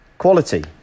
Quality